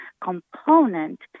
component